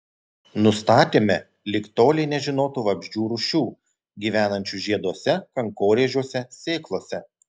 nustatėme lig tolei nežinotų vabzdžių rūšių gyvenančių žieduose kankorėžiuose sėklose